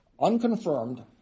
unconfirmed